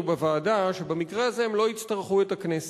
בוועדה שבמקרה הזה הם לא יצטרכו את הכנסת.